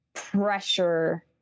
pressure